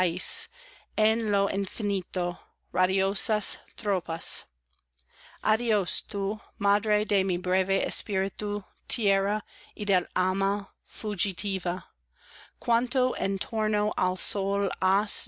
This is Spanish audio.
en lo infinito radiosas tropas adiós tú madre de